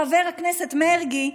חבר הכנסת מרגי,